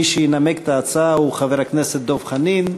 מי שינמק את ההצעה הוא חבר הכנסת דב חנין,